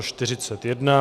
41.